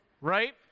Right